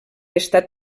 estat